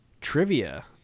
trivia